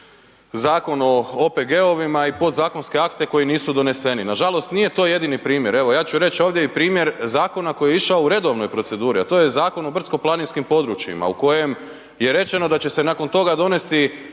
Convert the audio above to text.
Zakon o OPG-ovima i podzakonske akte koji nisu doneseni. Nažalost, nije to jedini primjer. Evo, ja ću reći ovdje i primjer zakona koji je išao u redovnoj proceduri, a to je Zakon o brdsko-planinskim područjima, u kojem je rečeno da će se nakon toga donesti